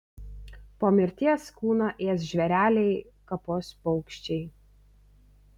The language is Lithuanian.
po mirties kūną ės žvėreliai kapos paukščiai